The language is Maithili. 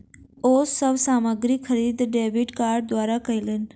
ओ सब सामग्री खरीद डेबिट कार्ड द्वारा कयलैन